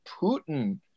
Putin